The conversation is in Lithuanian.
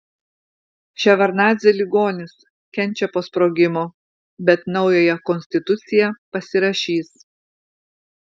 ševardnadzė ligonis kenčia po sprogimo bet naująją konstituciją pasirašys